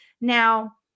Now